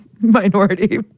minority